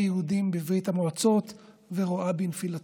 יהודים בברית המועצות ורואה בנפילתו,